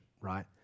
right